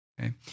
okay